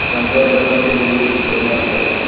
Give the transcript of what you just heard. کمزور بچوں کے لیے بھی کچھ سوچنا پڑے گا